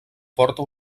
porta